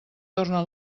torna